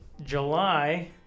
July